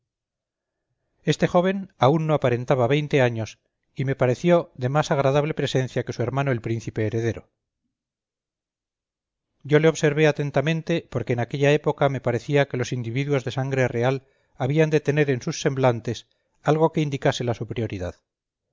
este joven aún no aparentaba veinte años y me pareció de más agradable presencia que su hermano el príncipe heredero yo le observé atentamente porque en aquella época me parecía que los individuos de sangre real habían de tener en sus semblantes algo que indicase la superioridad